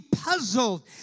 puzzled